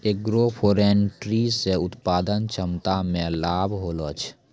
agroforestry से उत्पादन क्षमता मे लाभ होलो छै